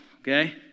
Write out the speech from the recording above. Okay